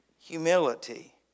Humility